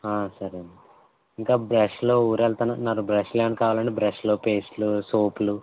సరే అండి ఇంకా బ్రష్లు ఊరు వెళ్తానన్నారు బ్రష్లు ఏమన్నా కావాలండి బ్రష్లు పేస్ట్లు సోప్లు